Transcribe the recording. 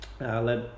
Let